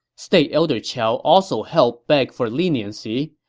state elder qiao also helped beg for leniency,